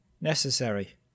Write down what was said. necessary